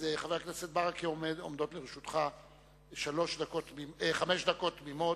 חבר הכנסת ברכה, עומדות לרשותך חמש דקות תמימות.